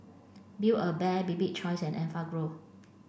Build A Bear Bibik choice and Enfagrow